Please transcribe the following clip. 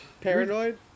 paranoid